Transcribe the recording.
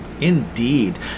Indeed